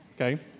Okay